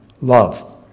love